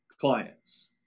clients